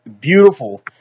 Beautiful